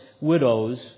widows